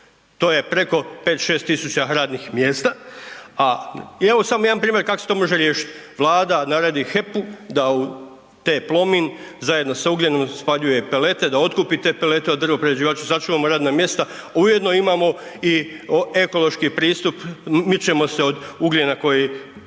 To je preko 5-6.000 radnih mjesta, a evo samo jedan primjer kako se to može riješiti. Vlada naredi HEP-u da u TE Plomin zajedno s ugljenom spaljuje pelete, da otkupit te pelete od drvoprerađivača, sačuvamo radna mjesta, ujedno imamo i ekološki pristup mičemo se od ugljena koji